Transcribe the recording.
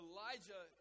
Elijah